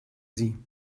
sie